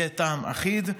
יהיה טעם אחיד,